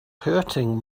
hurting